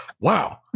wow